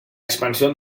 expansión